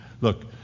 Look